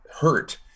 hurt